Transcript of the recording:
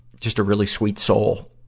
just a really sweet soul,